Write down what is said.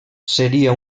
seria